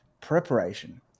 Preparation